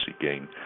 gain